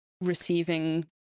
receiving